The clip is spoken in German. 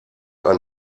ein